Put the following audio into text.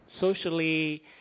Socially